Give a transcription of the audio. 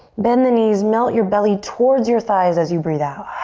bend the knees, melt your belly towards your thighs as you breathe out.